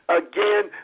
again